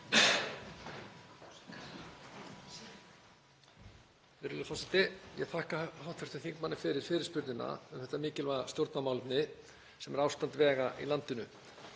þetta mikilvæga stjórnarmálefni sem er ástand vega í landinu.